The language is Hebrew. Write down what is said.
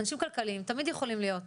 אנשים כלכליים תמיד יכולים להיות,